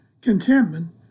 contentment